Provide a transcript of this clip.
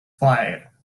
fire